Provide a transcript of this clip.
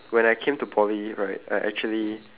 when I came to poly right I actually